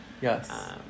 Yes